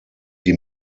die